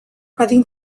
adin